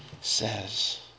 says